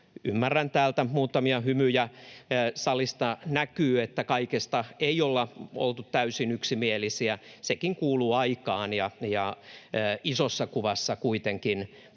ymmärrän — täältä muutamia hymyjä salista näkyy — että kaikesta ei olla oltu täysin yksimielisiä, sekin kuuluun aikaan. Isossa kuvassa kuitenkin